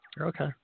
okay